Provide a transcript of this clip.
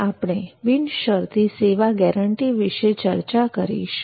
આજે આપણે બિનશરતી સેવા ગેરંટી વિશે ચર્ચા કરીશું